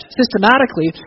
systematically